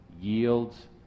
yields